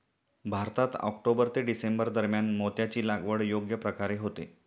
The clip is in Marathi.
भारतात ऑक्टोबर ते डिसेंबर दरम्यान मोत्याची लागवड योग्य प्रकारे होते